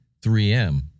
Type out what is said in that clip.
3M